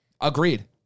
Agreed